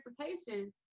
transportation